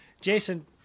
Jason